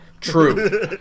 true